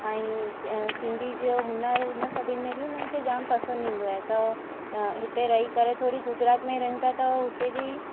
ऐं सिंधी जो हुनरु हुन सभिनि में बि उन्हनि खे जाम पसंदि ईंदो आहे त हिते रही करे थोरी गुजरात में रहूं था हुते जी